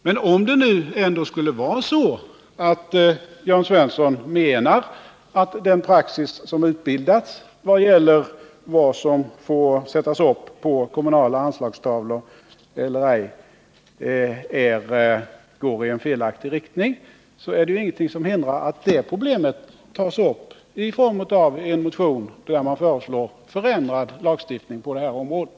Men om det nu ändå skulle vara så, att Jörn Svensson menar att den praxis som har utbildats om vad som får sättas upp på kommunala anslagstavlor eller ej är felaktig, är det ingenting som hindrar att det problemet tas upp i en motion, med förslag om en ändring av lagstiftningen på det här området.